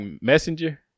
Messenger